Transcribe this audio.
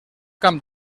camp